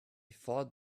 thought